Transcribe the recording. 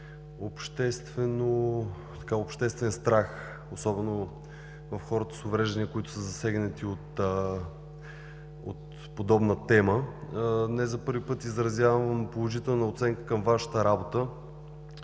обществен страх, особено у хората с увреждания, които са засегнати от подобна тема. Не за първи път изразявам положителна оценка към Вашата работа.